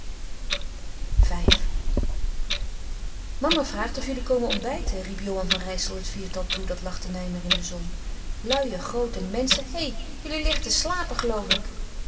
v mama vraagt of jullie komen ontbijten riep johan van rijssel het viertal toe dat lag te mijmeren in de zon luie groote menschen hè jullie liggen te slapen geloof ik